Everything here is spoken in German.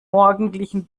morgendlichen